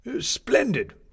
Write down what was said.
Splendid